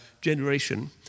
generation